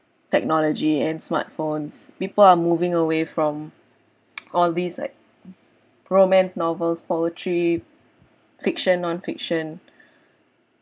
technology and smartphones people are moving away from all these like romance novels poetry fiction non-fiction